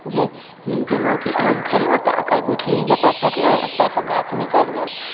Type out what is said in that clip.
जे जेनाकि आम खेलहुँ तऽ ओकर गुठली जतय फेकलहुँ ओतयसँ गाछ निकलि गेल